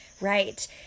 Right